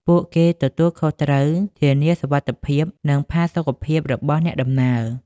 ពួកគេទទួលខុសត្រូវធានាសុវត្ថិភាពនិងផាសុកភាពរបស់អ្នកដំណើរ។